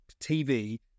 tv